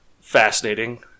fascinating